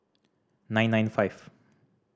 nine nine five